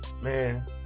Man